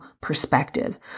perspective